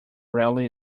rarely